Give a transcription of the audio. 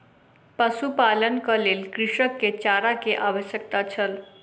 पशुपालनक लेल कृषक के चारा के आवश्यकता छल